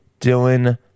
Dylan